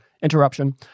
interruption